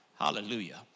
Hallelujah